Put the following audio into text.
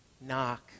knock